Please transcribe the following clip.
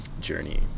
journey